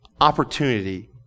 opportunity